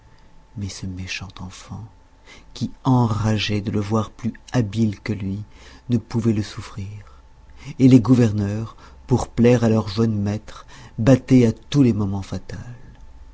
mais ce méchant enfant qui enrageait de le voir plus habile que lui ne pouvait le souffrir et les gouverneurs pour plaire à leur jeune maître battaient à tous les moments fatal